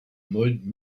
mode